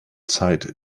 zeit